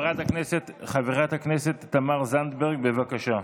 חברת הכנסת תמר זנדברג, בבקשה.